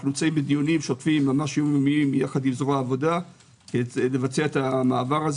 אנו נמצאים בדיונים שוטפים עם זרוע העבודה לבצע את המעבר,